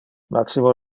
maximo